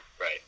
Right